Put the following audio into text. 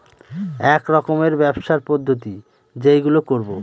এক রকমের ব্যবসার পদ্ধতি যেইগুলো করবো